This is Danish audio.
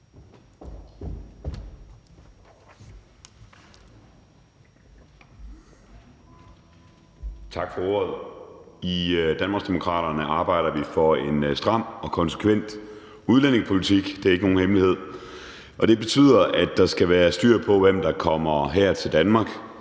Tak for ordet. I Danmarksdemokraterne arbejder vi for en stram og konsekvent udlændingepolitik. Det er ikke nogen hemmelighed. Og det betyder, at der skal være styr på, hvem der kommer her til Danmark,